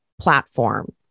platform